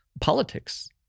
politics